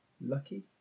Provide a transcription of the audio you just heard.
lucky